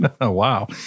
Wow